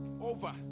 over